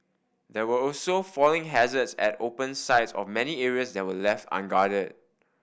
there were also falling hazards at open sides of many areas that were left unguarded